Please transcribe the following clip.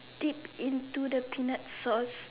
dip into the peanut sauce